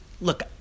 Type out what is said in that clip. look